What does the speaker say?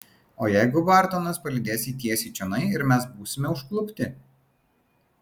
o jeigu bartonas palydės jį tiesiai čionai ir mes būsime užklupti